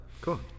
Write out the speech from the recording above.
Cool